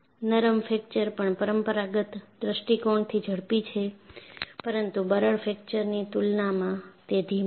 નરમ ફ્રેક્ચર પણ પરંપરાગત દૃષ્ટિકોણથીઝડપી છે પરંતુ બરડ ફ્રેક્ચરની તુલનામાં તે ધીમું છે